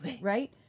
Right